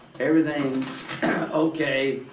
everything okay,